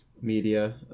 media